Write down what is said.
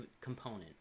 component